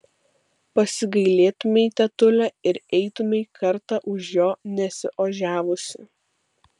pasigailėtumei tetule ir eitumei kartą už jo nesiožiavusi